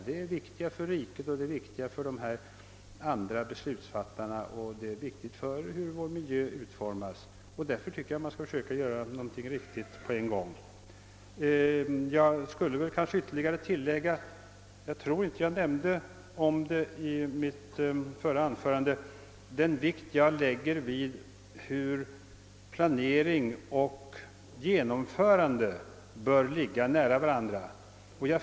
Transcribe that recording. De är viktiga för riket och för de övriga beslutsfåttarna och de har betydelse för hur vår miljö utformas. Därför borde man försöka åstadkomma något ordentligt på en gång. Jag tror inte att jag i mitt föregående anförande nämnde vilken vikt jag lägger vid att planering och genomförande ligger nära varandra.